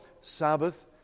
Sabbath